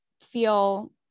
feel